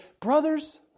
brothers